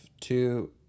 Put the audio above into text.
two